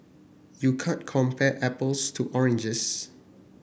you can't compare apples to oranges